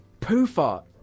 Poofart